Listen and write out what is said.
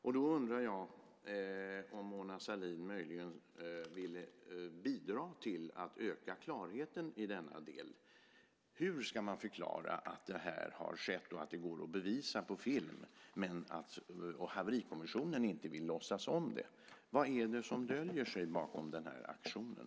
Jag undrar om Mona Sahlin möjligen vill bidra till att öka klarheten i denna del. Hur ska man förklara att detta har skett, och att det går att bevisa på film, men att haverikommissionen inte vill låtsas om det? Vad är det som döljer sig bakom den här aktionen?